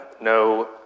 no